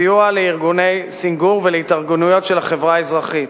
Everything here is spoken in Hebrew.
סיוע לארגוני סנגור ולהתארגנויות של החברה האזרחית,